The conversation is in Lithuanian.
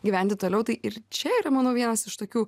gyventi toliau tai ir čia yra mano vienas iš tokių